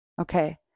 Okay